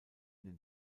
den